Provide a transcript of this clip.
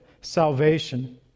salvation